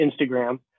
Instagram